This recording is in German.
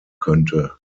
könnte